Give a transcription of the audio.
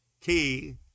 key